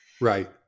right